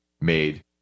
made